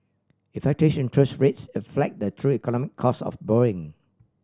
interest rates reflect the true economic cost of borrowing